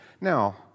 Now